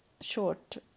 short